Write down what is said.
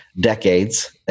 decades